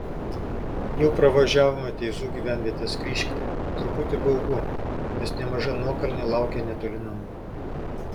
jau pravažiavome teizų gyvenvietės kryžkelę truputį baugu nes nemaža nuokalnė laukia netoli namų